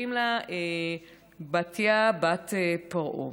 שקוראים לה בתיה בת פרעה.